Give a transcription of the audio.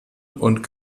und